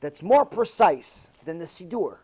that's more precise than the seed or